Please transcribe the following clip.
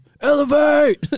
elevate